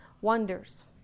wonders